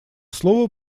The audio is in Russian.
слово